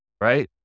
right